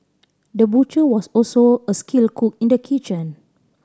the butcher was also a skilled cook in the kitchen